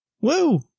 Woo